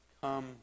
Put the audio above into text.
come